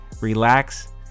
relax